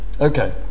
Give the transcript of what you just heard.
Okay